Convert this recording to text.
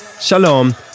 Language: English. shalom